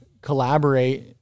collaborate